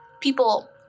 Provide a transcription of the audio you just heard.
people